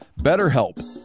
BetterHelp